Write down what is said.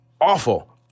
awful